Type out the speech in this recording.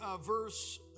verse